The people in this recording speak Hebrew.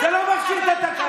את המקום הזה.